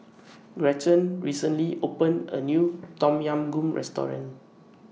Gretchen recently opened A New Tom Yam Goong Restaurant